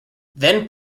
then